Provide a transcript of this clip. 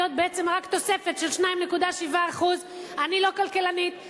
בעצם רק תוספת של 2.7% אני לא כלכלנית,